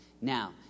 Now